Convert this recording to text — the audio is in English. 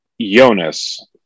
Jonas